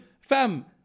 fam